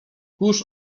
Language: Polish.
kurz